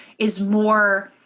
is more.